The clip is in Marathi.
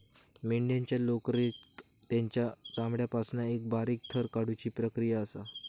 मेंढ्यांच्या लोकरेक तेंच्या चामड्यापासना एका बारीक थर काढुची प्रक्रिया असा